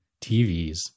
TVs